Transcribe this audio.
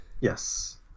Yes